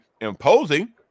imposing